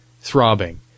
throbbing